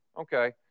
Okay